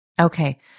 Okay